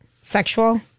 Sexual